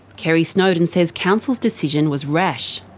kerri snowdon says council's decision was rash.